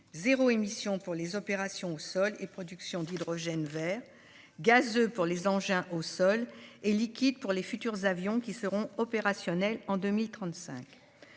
zéro émission pour les opérations au sol et production d'hydrogène vert, gazeux pour les engins au sol et liquide pour les futurs avions, qui seront opérationnels en 2035.